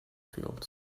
fields